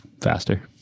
faster